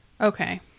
Okay